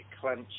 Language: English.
clench